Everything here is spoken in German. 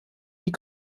die